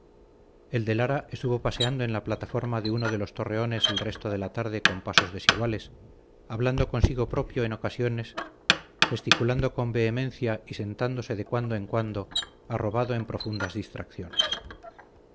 el de lara estuvo paseando en la plataforma de uno de los torreones el resto de la tarde con pasos desiguales hablando consigo propio en ocasiones gesticulando con vehemencia y sentándose de cuando en cuando arrobado en profundas distracciones